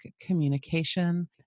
communication